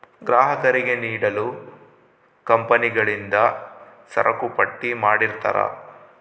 ಗ್ರಾಹಕರಿಗೆ ನೀಡಲು ಕಂಪನಿಗಳಿಂದ ಸರಕುಪಟ್ಟಿ ಮಾಡಿರ್ತರಾ